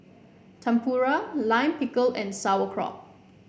Tempura Lime Pickle and Sauerkraut